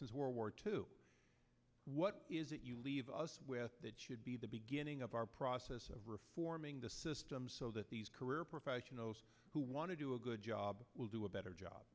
since world war two what is it you leave us with that should be the beginning of our process of reforming the system so that these career professionals who want to do a good job will do a better job